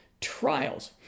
trials